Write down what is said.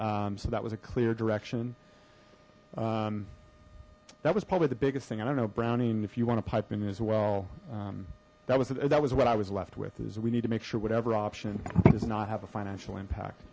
s so that was a clear direction that was probably the biggest thing i don't know brownian if you want to pipe in as well that was that was what i was left with is we need to make sure whatever option does not have a financial impact